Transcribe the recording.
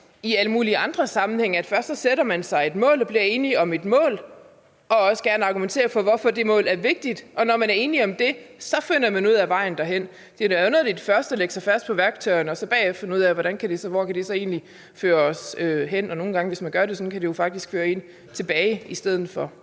i alle mulige andre sammenhænge – at først sætter man sig et mål og bliver enige om et mål og argumenterer også gerne for, hvorfor det mål er vigtigt. Og når man er enige om det, finder man vejen derhen. Det er underligt først at lægge sig fast på værktøjerne og så bagefter finde ud af, hvor det kan føre os hen. Hvis man gør det sådan, kan det nogle gange føre en tilbage i stedet for